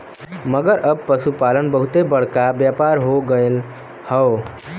मगर अब पसुपालन बहुते बड़का व्यापार हो गएल हौ